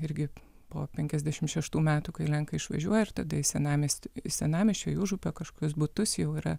irgi po penkiasdešimt šeštų metų kai lenkai išvažiuoja ir tada į senamiestį į senamiesčio į užupio kažkokius butus jau yra